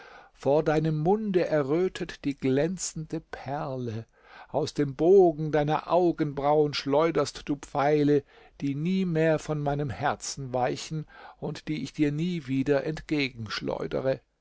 vor deinem munde errötet die glänzende perle vor scham aus dem bogen deiner augenbrauen schleuderst du pfeile die nie mehr von meinem herzen weichen und die ich dir nie wieder